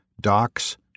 Docs